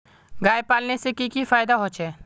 गाय पालने से की की फायदा होचे?